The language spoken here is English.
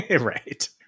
right